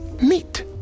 meet